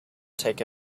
take